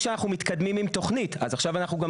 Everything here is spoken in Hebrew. אני